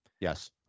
Yes